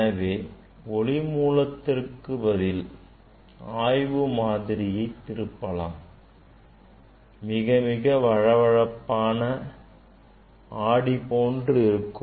எனவே ஒளிமூலத்திற்கு பதில் ஆய்வு மாதிரியை திருப்பலாம் அது மிக வழவழப்பாக ஆடி போன்று இருக்கும்